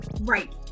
right